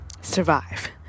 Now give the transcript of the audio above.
survive